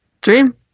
Dream